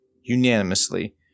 unanimously